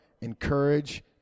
encourage